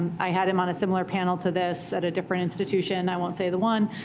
i had him on a similar panel to this at a different institution. i won't say the one.